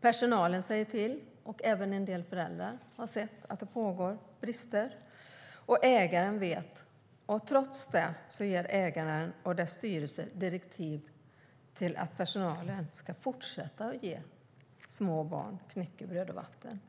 Personalen berättar och en del föräldrar har sett att det pågår brister, och även ägaren vet det. Trots det ger ägaren och dess styrelse direktiv till personalen att fortsätta ge små barn knäckebröd och vatten.